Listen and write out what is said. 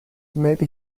maybe